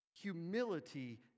Humility